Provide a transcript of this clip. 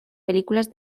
películas